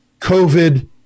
COVID